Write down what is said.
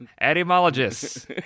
Etymologists